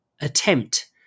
attempt